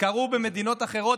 קרו במדינות אחרות.